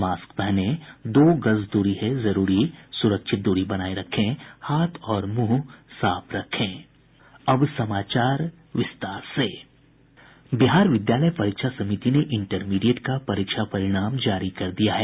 mask पहनें दो गज दूरी है जरूरी सुरक्षित दूरी बनाये रखें हाथ और मुंह साफ रखें अब समाचार विस्तार से बिहार विद्यालय परीक्षा समिति ने इंटरमीडिएट का परीक्षा परिणाम जारी कर दिया है